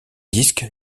disque